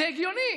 זה הגיוני.